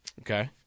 Okay